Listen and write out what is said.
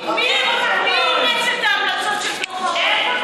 מי אימץ את ההמלצות של דוח העוני?